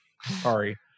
Sorry